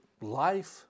life